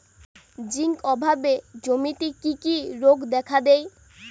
Zinc অভাবে জমিতে কি কি রোগ দেখাদেয়?